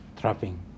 trapping